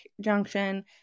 junction